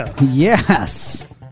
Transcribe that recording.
Yes